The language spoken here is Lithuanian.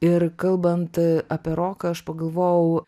ir kalbant apie roką aš pagalvojau